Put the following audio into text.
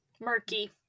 murky